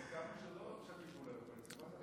סיכמנו שלא משתפים עם הקואליציה.